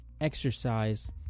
exercise